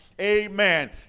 Amen